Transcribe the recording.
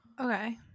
Okay